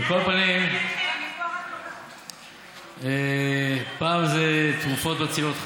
על כל פנים, פעם זה תרופות מצילות חיים,